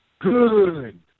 good